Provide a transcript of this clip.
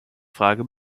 frage